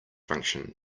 function